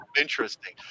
interesting